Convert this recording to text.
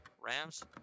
Rams